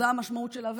זאת המשמעות שלה.